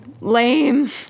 Lame